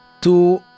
two